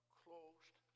closed